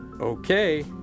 Okay